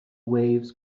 waves